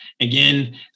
Again